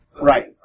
Right